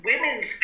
women's